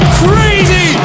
crazy